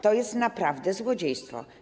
To jest naprawdę złodziejstwo.